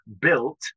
built